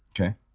okay